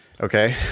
Okay